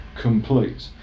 complete